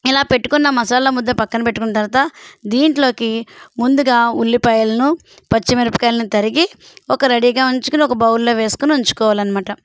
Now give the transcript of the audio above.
ఇలా పెట్టుకున్న మసాలా ముద్ద పక్కన పెట్టుకున్న తరవాత దీంట్లోకి ముందుగా ఉల్లిపాయలను పచ్చిమిరపకాయలను తరిగి ఒక రెడీగా ఉంచుకొని ఒక బౌల్లో వేసుకుని ఉంచుకోవాలి అన్నమాట